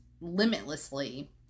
limitlessly